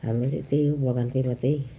हाम्रो चाहिँ त्यही हो बगानकै मात्रै